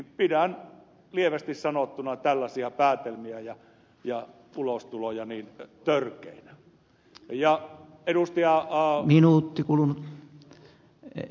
pidän lievästi sanottuna tällaisia päätelmiä ja ulostuloja törkeinä